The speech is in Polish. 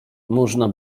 można